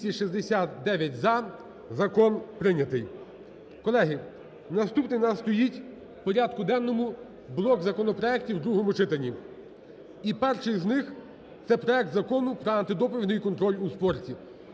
269 – за. Закон прийнятий. Колеги, наступний в нас стоїть в порядку денному блок законопроектів в другому читанні. І перший з них – це проект Закону про антидопінговий контроль у спорті.